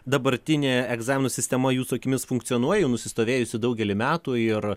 dabartinė egzaminų sistema jūsų akimis funkcionuoja jau nusistovėjusi daugelį metų ir